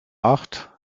acht